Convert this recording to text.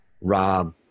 Rob